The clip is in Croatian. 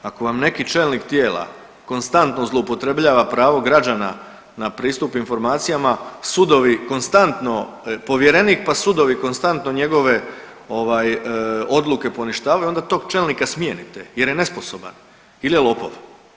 Ako vam neki čelnik tijela konstantno zloupotrebljava pravo građana na pristup informacijama, sudovi konstantno, povjerenik pa sudovi konstantno njegove ovaj, odluke poništavaju, onda tog čelnika smijenite jer je nesposoban ili je lopov.